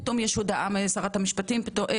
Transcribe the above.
פתאום יש הודעה משרת הפנים,